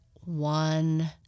one